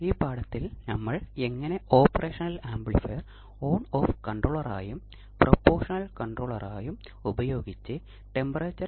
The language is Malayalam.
അവസാന മൊഡ്യൂളിൽ ഓസിലേഷൻസിന്റെ മാനദണ്ഡം നമ്മൾ കണ്ടു ബാർഖൌസെൻ ക്രൈറ്റീരിയൻ മനസ്സിലാക്കി